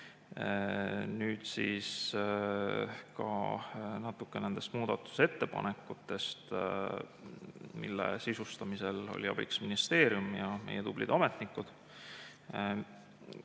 Nüüd natuke nendest muudatusettepanekutest, mille sisustamisel olid abiks ministeerium ja meie tublid ametnikud.